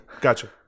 Gotcha